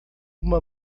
uma